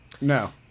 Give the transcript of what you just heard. No